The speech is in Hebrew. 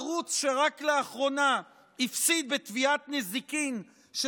ערוץ שרק לאחרונה הפסיד בתביעת נזיקין של